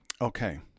Okay